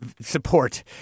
support